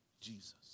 Jesus